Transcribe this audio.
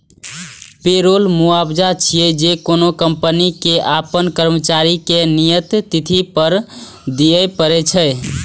payroll मुआवजा छियै, जे कोनो कंपनी कें अपन कर्मचारी कें नियत तिथि पर दियै पड़ै छै